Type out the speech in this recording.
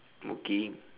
working